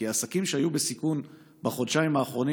כי העסקים שהיו בסיכון בחודשיים האחרונים